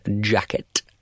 jacket